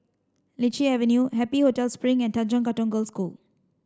Lichi Avenue Happy Hotel Spring and Tanjong Katong Girls' School